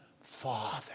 Father